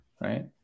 Right